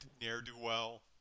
ne'er-do-well